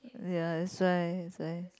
ya that's why that's why